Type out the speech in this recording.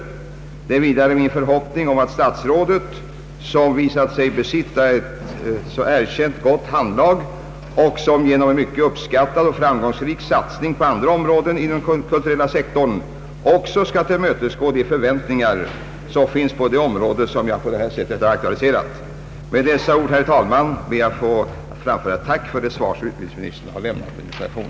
Det är vidare min förhoppning att statsrådet — som visat sig besitta ett erkänt gott handlag och som genom en mycket uppskattad och framgångsrik satsning på andra områden inom den kulturella sektorn — också skall tillmötesgå de förväntningar som finns på det område som jag på detta sätt aktualiserat. Med dessa ord, herr talman, ber jag att få framföra ett tack för det svar som utbildningsministern har lämnat på min interpellation.